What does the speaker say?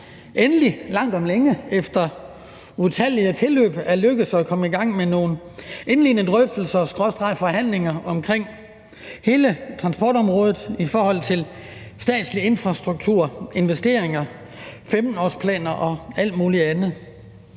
endelig, langt om længe efter utallige tilløb er lykkedes med at komme i gang med nogle indledende drøftelser skråstreg forhandlinger om hele transportområdet i forhold til statslig infrastruktur, investeringer, 15-årsplaner og alt muligt andet.